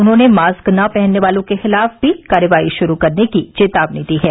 उन्होंने मास्क न पहनने वालों के खिलाफ भी कार्रवाई शुरू करने की चेतावनी दी है